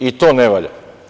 I to ne valja.